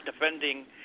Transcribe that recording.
defending